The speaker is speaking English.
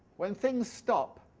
when things stop,